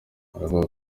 haravugwa